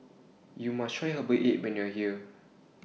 YOU must Try Herbal Egg when YOU Are here